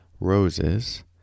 roses